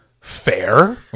fair